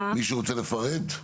מישהו רוצה לפרט?